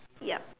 yup